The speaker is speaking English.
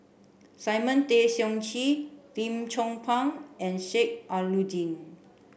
Simon Tay Seong Chee Lim Chong Pang and Sheik Alau'ddin